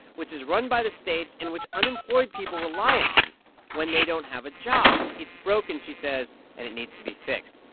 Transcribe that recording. which is run by the states in which unemployed people rely on when they don't have a job. it's broken, she says, and it needs to be fixed.